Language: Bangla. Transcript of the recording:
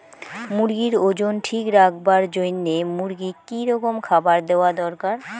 মুরগির ওজন ঠিক রাখবার জইন্যে মূর্গিক কি রকম খাবার দেওয়া দরকার?